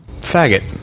faggot